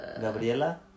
Gabriela